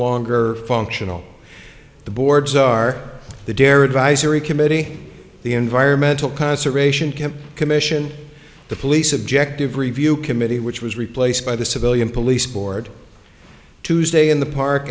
longer functional the boards are the dairy advisory committee the environmental conservation kemp commission the police objective review committee which was replaced by the civilian police board tuesday in the park